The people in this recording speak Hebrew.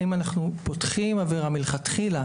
האם אנחנו פותחים עבירה מלכתחילה,